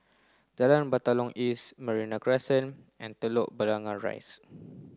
Jalan Batalong East Merino Crescent and Telok Blangah Rise